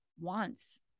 Wants